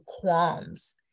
qualms